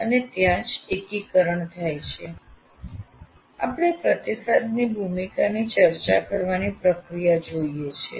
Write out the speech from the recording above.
અને ત્યાં જ એકીકરણ થાય છે આપણે પ્રતિસાદની ભૂમિકાની ચર્ચા કરવાની પ્રક્રિયા જોઈએ છીએ